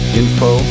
info